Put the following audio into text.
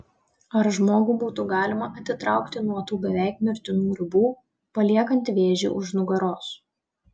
ar žmogų būtų galima atitraukti nuo tų beveik mirtinų ribų paliekant vėžį už nugaros